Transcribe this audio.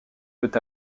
peut